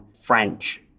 French